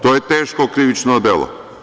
To je teško krivično delo.